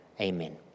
Amen